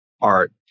art